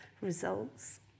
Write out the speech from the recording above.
results